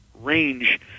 range